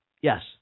Yes